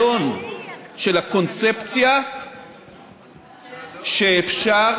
של הקונספציה שאפשר